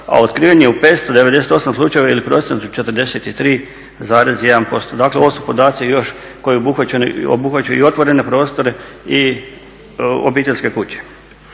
a otkriven je u 598 slučaja ili prosječno 43,1% dakle ovo su podaci još koji obuhvaćaju i otvorene prostore i obiteljske kuće.